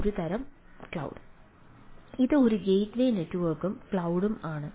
ഇത് ഒരു ഗേറ്റ്വേ നെറ്റ്വർക്കും ക്ലൌഡും ആണ്